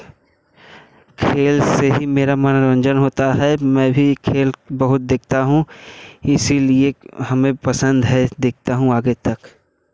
खेल से ही मेरा मनोरंजन होता है मैं भी खेल बहुत देखता हूँ इसीलिए हमें पसंद है देखता हूँ आगे तक